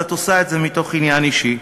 אבל את עושה את זה מתוך עניין אישי,